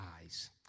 eyes